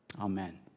amen